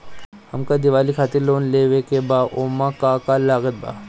हमके दिवाली खातिर लोन लेवे के बा ओमे का का लागत बा?